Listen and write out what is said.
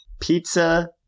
pizza